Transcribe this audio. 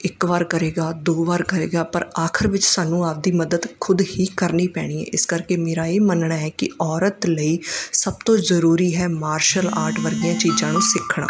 ਇੱਕ ਵਾਰ ਕਰੇਗਾ ਦੋ ਵਾਰ ਕਰੇਗਾ ਪਰ ਆਖਰ ਵਿੱਚ ਸਾਨੂੰ ਆਪਣੀ ਮਦਦ ਖੁਦ ਹੀ ਕਰਨੀ ਪੈਣੀ ਹੈ ਇਸ ਕਰਕੇ ਮੇਰਾ ਇਹ ਮੰਨਣਾ ਹੈ ਕਿ ਔਰਤ ਲਈ ਸਭ ਤੋਂ ਜ਼ਰੂਰੀ ਹੈ ਮਾਰਸ਼ਲ ਆਰਟ ਵਰਗੀਆਂ ਚੀਜ਼ਾਂ ਨੂੰ ਸਿੱਖਣਾ